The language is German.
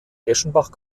eschenbach